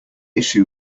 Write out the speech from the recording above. issue